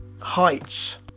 heights